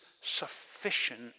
sufficient